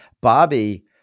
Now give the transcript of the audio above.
Bobby